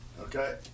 Okay